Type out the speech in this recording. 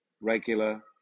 regular